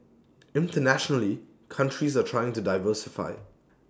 internationally countries are trying to diversify